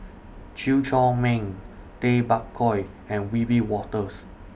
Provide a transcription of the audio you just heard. Chew Chor Meng Tay Bak Koi and Wiebe Wolters